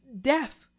death